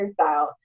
hairstyle